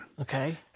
Okay